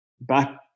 Back